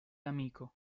amico